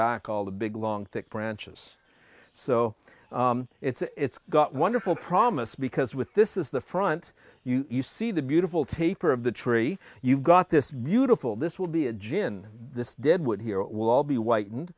back all the big long thick branches so it's a it's got wonderful promise because with this is the front you see the beautiful taper of the tree you've got this beautiful this will be a gin this dead wood here it will all be white and